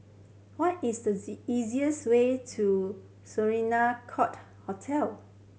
what is the easiest way to Court Hotel